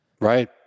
right